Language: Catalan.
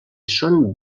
són